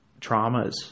traumas